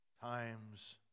times